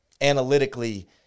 analytically